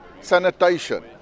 sanitation